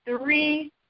three